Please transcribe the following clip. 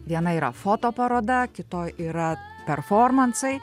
viena yra fotoparoda kitoj yra performansai